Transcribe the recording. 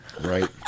right